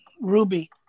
Ruby